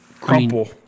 Crumple